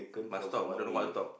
must talk but I don't know what to talk